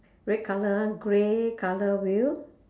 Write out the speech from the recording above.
red colour ah grey colour wheel